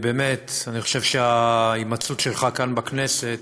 באמת אני חושב שההימצאות שלך כאן, בכנסת,